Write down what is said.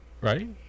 Right